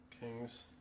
Kings